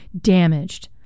damaged